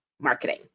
marketing